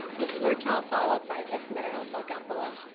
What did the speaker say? ms. murtaugh followed by esmeralda gamboa.